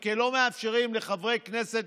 החריגים, כי לא מאפשרים לחברי כנסת